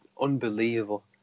unbelievable